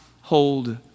hold